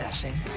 ah same